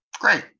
Great